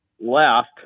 left